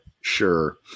sure